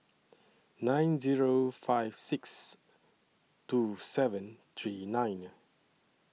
nine Zero five six two seven three nine